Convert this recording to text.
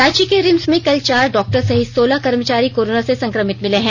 रांची के रिम्स में कल चार डॉक्टर सहित सोलह कर्मचारी कोरोना से संकमित मिले हैं